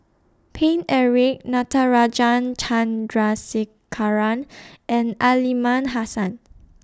Paine Eric Natarajan Chandrasekaran and Aliman Hassan